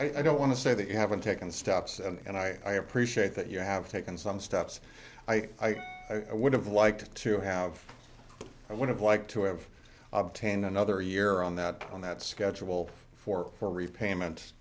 this i don't want to say that you haven't taken steps and i appreciate that you have taken some steps i would have liked to have i would have liked to have obtained another year on that on that schedule for for repayment